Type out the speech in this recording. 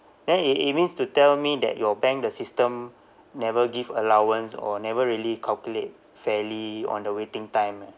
then it it means to tell me that your bank the system never give allowance or never really calculate fairly on the waiting time eh